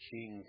King